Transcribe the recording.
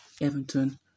Everton